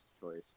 choice